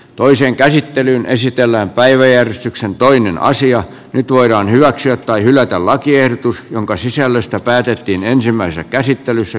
toiseen käsittelyyn esitellään päiväjärjestyksen toiminnallisia nyt voidaan hyväksyä tai hylätä lakiehdotus jonka sisällöstä päätettiin ensimmäisessä käsittelyssä